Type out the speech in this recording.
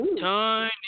Tiny